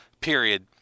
period